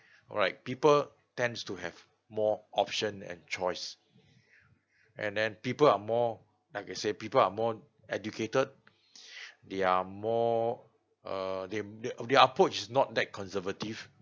alright people tends to have more options and choice and then people are more like I say people are more educated they are more uh them their their approach not that conservative